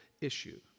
issue